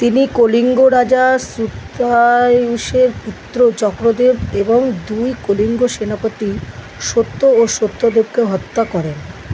তিনি কলিঙ্গ রাজা শ্রুতায়ুষের পুত্র চক্রদেব এবং দুই কলিঙ্গ সেনাপতি সত্য ও সত্যদেবকে হত্যা করেন